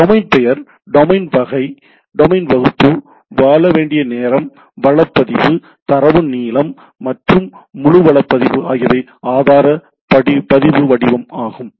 domain பெயர் domain வகை domain வகுப்பு வாழ வேண்டிய நேரம் வள பதிவு தரவு நீளம் மற்றும் முழு வள பதிவு ஆகியவை ஆதார பதிவு வடிவம் ஆகும்